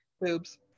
boobs